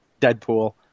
Deadpool